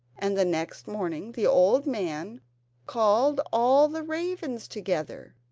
and the next morning the old man called all the ravens together,